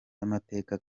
y’amateka